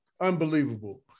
unbelievable